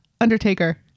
undertaker